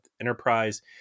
Enterprise